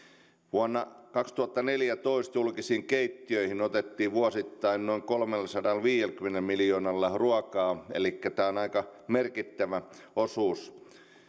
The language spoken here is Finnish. vuonna kaksituhattaneljätoista julkisiin keittiöihin otettiin vuosittain noin kolmellasadallaviidelläkymmenellä miljoonalla ruokaa elikkä tämä on aika merkittävä osuus